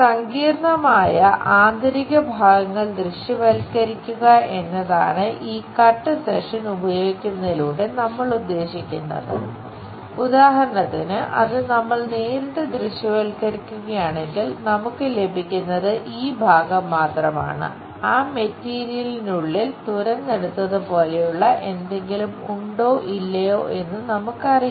സങ്കീർണ്ണമായ ആന്തരിക ഭാഗങ്ങൾ ദൃശ്യവൽക്കരിക്കുക എന്നതാണ് ഈ കട്ട് സെക്ഷൻസ് തുരന്നെടുത്തത് പോലെയുള്ള എന്തെങ്കിലും ഉണ്ടോ ഇല്ലയോ എന്ന് നമുക്ക് അറിയില്ല